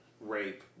rape